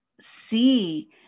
see